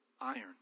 iron